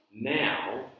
Now